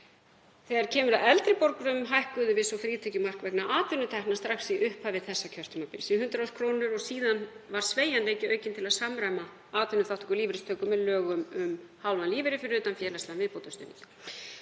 Þegar kemur að eldri borgurum hækkuðum við svo frítekjumark vegna atvinnutekna strax í upphafi þessa kjörtímabils í 100.000 kr. og síðan var sveigjanleiki aukinn til að samræma atvinnuþátttöku lífeyristöku með lögum um hálfan lífeyri, fyrir utan félagslegan viðbótarstuðning.